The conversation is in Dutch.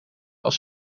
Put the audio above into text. als